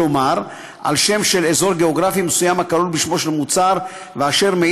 כלומר על שם אזור גיאוגרפי מסוים הכלול בשמו של מוצר ומעיד